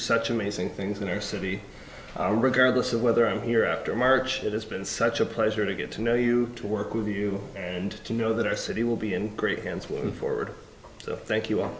such amazing things in your city regardless of whether i'm here after march it has been such a pleasure to get to know you to work with you and to know that our city will be in great hands with forward so thank you